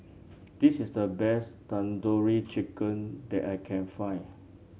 this is the best Tandoori Chicken that I can find